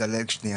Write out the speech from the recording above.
הקהילה עצמה,